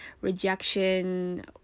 rejection